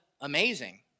amazing